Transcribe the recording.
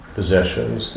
possessions